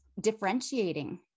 differentiating